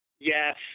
Yes